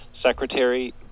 Secretary